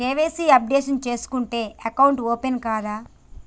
KYC updation చేయకుంటే account open కాదా?